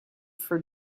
for